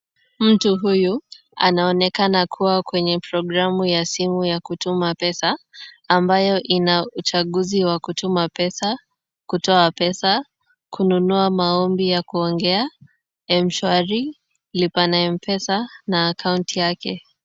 Mtu huyu anaonekana kuwa kwenye programu ya simu ya kutuma pesa ambayo ina uchaguzi wa kutuma pesa, kutoa pesa, kununua maombi ya kuongea, Mshwari, Lipa na Mpesa na akaunti yake.